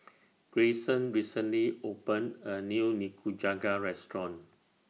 Greyson recently opened A New Nikujaga Restaurant